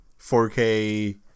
4K